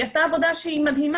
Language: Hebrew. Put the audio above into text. והיא עשתה עבודה מדהימה.